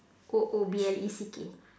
O O B L E C K